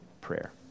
prayer